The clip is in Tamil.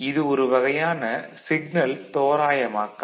இது ஒரு வகையான சிக்னல் தோராயமாக்கம்